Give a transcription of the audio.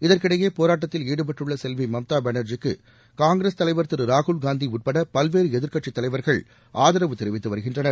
இதற்கிடையே போராட்டத்தில் ஈடுபட்டுள்ள செல்வி மம்தா பானா்ஜிக்கு காங்கிரஸ் தலைவா் திரு ராகுல்காந்தி உட்பட பல்வேறு எதிர்க்கட்சித் தலைவர்கள் ஆதரவு தெரிவித்து வருகின்றனர்